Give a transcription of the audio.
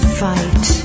fight